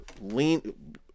lean